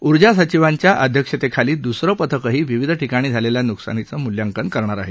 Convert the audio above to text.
ऊर्जा सचिवांच्या अध्यक्षतेखाली दुसरं पथकही विविध ठिकाणी झालेल्या नुकसानाचं मूल्यांकन करणार आहे